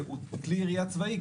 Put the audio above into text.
שהוא כלי ירייה צבאי,